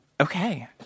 Okay